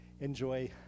enjoy